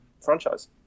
franchise